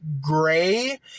gray